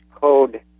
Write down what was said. code